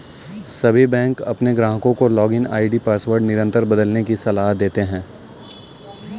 सभी बैंक अपने ग्राहकों को लॉगिन आई.डी पासवर्ड निरंतर बदलने की सलाह देते हैं